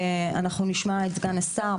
אנחנו נשמע את סגן השר,